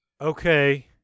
Okay